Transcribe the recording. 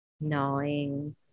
gnawing